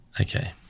Okay